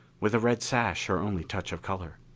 with a red sash her only touch of color.